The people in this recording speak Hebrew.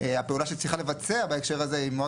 הפעולה שהיא צריכה לבצע בהקשר הזה היא מאוד